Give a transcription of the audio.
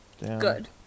Good